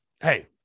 hey